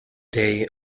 day